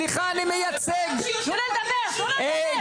סליחה, אני מייצג --- גברתי.